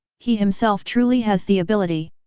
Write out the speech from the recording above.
he himself truly has the ability!